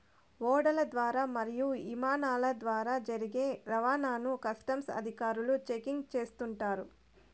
ఓడల ద్వారా మరియు ఇమానాల ద్వారా జరిగే రవాణాను కస్టమ్స్ అధికారులు చెకింగ్ చేస్తుంటారు